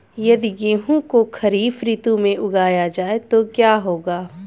यदि गेहूँ को खरीफ ऋतु में उगाया जाए तो क्या होगा?